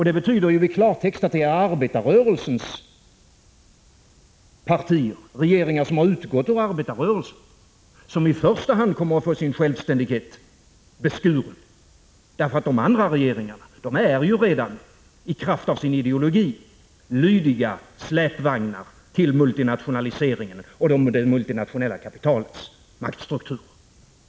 Det betyder i klartext att det är arbetarnas partier och regeringar som har utgått ur arbetarrörelsen som i första hand får sin självständighet beskuren. De andra regeringarna är ju redan i kraft av sin ideologi lydiga släpvagnar till multinationaliseringen och till de multinationella kapitalens maktstruktur.